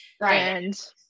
Right